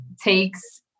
takes